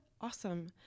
Awesome